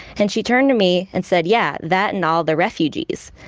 and she turned to me and said, yeah, that and all the refugees.